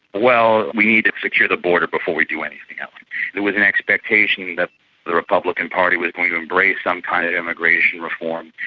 well, we need to secure the border before we do anything else. there was an expectation that the republican party was going to embrace some kind of immigration reform,